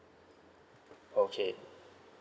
okay